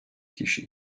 kişi